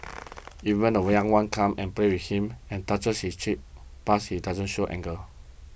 even when are one come and play with him and touch his cheek pads he doesn't show anger